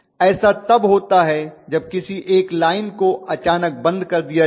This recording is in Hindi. ऐसा तब होता है जब किसी एक लाइन को अचानक बंद कर दिया जाए